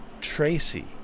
Tracy